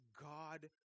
God